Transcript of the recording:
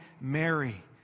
Mary